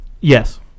Yes